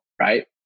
right